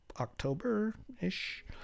October-ish